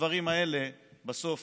הדברים האלה בסוף